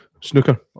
Snooker